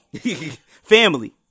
Family